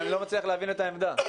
אני לא מצליח להבין את העמדה.